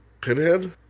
Pinhead